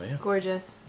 gorgeous